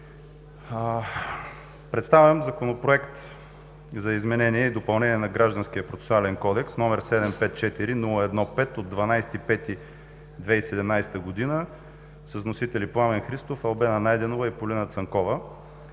Представям Законопроект за изменение и допълнение на Гражданския процесуален кодекс, № 754-01-5, от 12 май 2017 г. с вносители Пламен Христов, Албена Найденова и Полина Цанкова.